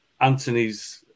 Anthony's